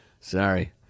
Sorry